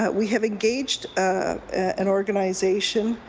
ah we have engaged ah an organization